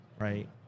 right